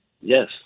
Yes